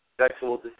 sexual